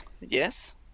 Yes